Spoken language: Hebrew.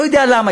לא יודע למה.